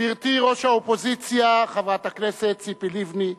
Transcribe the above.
גברתי ראש האופוזיציה חברת הכנסת ציפי לבני,